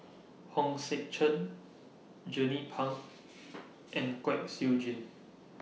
Hong Sek Chern Jernnine Pang and Kwek Siew Jin